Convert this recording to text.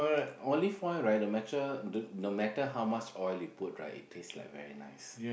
olive oil right no matter no matter how much oil you put right it taste like very nice